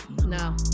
no